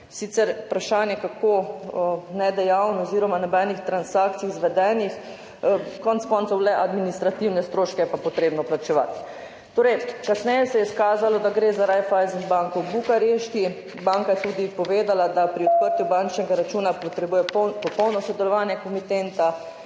Sicer vprašanje, kako nedejaven oziroma ali ni bilo nobenih transakcij izvedenih, konec koncev administrativne stroške je pa le potrebno plačevati. Kasneje se je izkazalo, da gre za Raiffeisen banko v Bukarešti. Banka je tudi povedala, da pri odprtju bančnega računa potrebuje popolno sodelovanje komitenta.